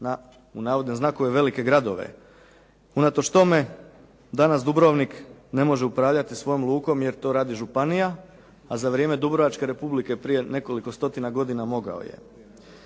prenio na "velike gradove". Unatoč tome, danas Dubrovnik ne može upravljati svojom lukom jer to radi županija, a za vrijeme Dubrovačke republike prije nekoliko stotina godina, mogao je.